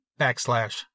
backslash